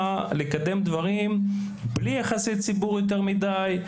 לקדם דברים בלי יחסי ציבור יותר מדי,